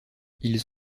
ils